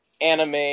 anime